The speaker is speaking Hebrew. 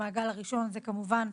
המעגל הראשון, כמובן,